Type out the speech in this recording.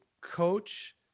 Coach